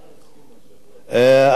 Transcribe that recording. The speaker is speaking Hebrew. אתה מוכן להתאפק?